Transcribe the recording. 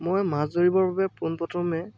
মই মাছ ধৰিবৰ বাবে পোন প্ৰথমে